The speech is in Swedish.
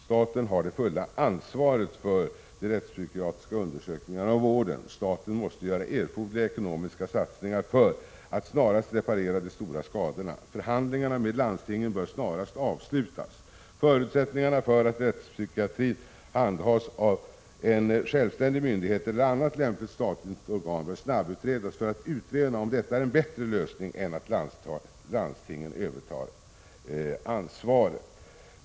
Staten har det fulla ansvaret för de rättspsykiatriska undersökningarna och vården. Staten måste göra erforderliga ekonomiska satsningar för att snarast reparera de stora skadorna. Förhandlingarna med landstingen bör snarast slutföras. Förutsättningarna för att rättspsykiatrin handhas av en självständig myndighet eller annat lämpligt statligt organ bör snabbutredas för att utröna om detta är en bättre lösning än att landstingen övertar ansvaret.